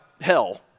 hell